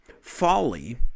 folly